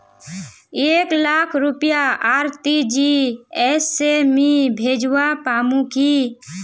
एक लाख रुपया आर.टी.जी.एस से मी भेजवा पामु की